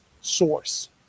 source